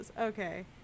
Okay